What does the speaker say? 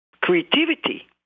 Creativity